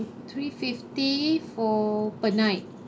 three fifty for per night